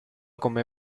come